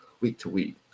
week-to-week